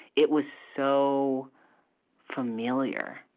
it was so familiar.